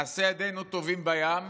מעשי ידינו טובעים בים,